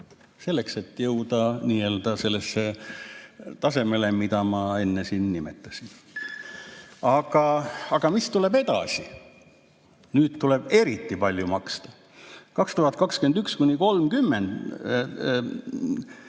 selleks et jõuda sellele tasemele, mida ma enne siin nimetasin. Aga mis tuleb edasi? Nüüd tuleb eriti palju maksta. 2021–2030